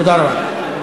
תודה רבה.